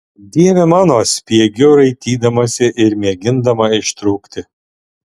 dieve mano spiegiu raitydamasi ir mėgindama ištrūkti